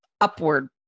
upward